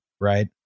right